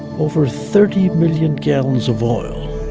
over thirty million gallons of oil